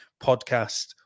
podcast